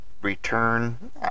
return